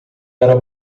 era